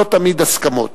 לא תמיד הסכמות.